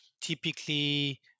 typically